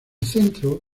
centro